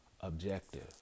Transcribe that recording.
objective